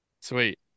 Sweet